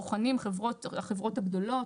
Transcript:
בוחנים, החברות הגדולות.